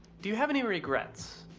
do you have any regrets?